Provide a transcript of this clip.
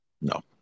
No